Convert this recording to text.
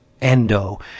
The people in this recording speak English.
Endo